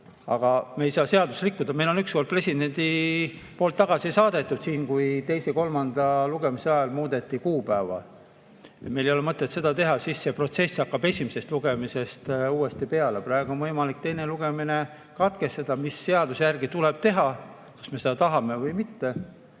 Aga me ei saa seadust rikkuda. Meile on üks kord juba president seaduse tagasi saatnud, kui teise ja kolmanda lugemise ajal muudeti kuupäeva. Meil ei ole mõtet seda teha, sest siis see protsess hakkab esimesest lugemisest uuesti peale. Praegu on võimalik teine lugemine katkestada, nagu seaduse järgi tuleb teha, kas me seda tahame või mitte.